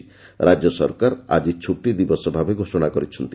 ରାକ୍ୟ ସରକାର ଆକି ଛୁଟି ଦିବସ ଭାବେ ଘୋଷଣା କରିଛନ୍ତି